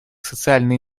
социальной